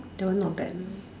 that one not bad